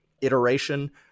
iteration